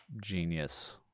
genius